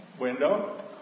window